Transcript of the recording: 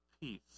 peace